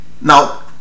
Now